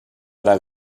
ara